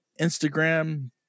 Instagram